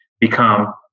become